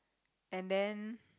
and then